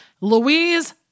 Louise